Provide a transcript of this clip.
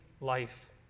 life